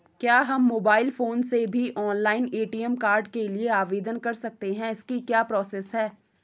क्या हम mobile phone से भी ऑनलाइन ए.टी.एम कार्ड के लिए आवेदन कर सकते हैं इसकी क्या प्रोसेस है?